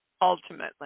ultimately